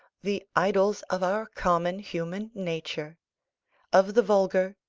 the idols of our common human nature of the vulgar,